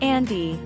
Andy